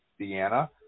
Deanna